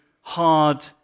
hard